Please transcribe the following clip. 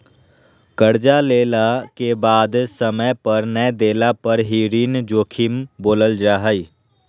कर्जा लेला के बाद समय पर नय देला पर ही ऋण जोखिम बोलल जा हइ